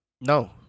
No